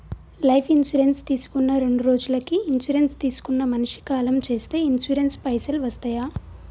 Life insurance తీసుకున్న రెండ్రోజులకి insurance తీసుకున్న మనిషి కాలం చేస్తే ఇన్సూరెన్స్ పైసల్ వస్తయా?